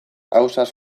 ausaz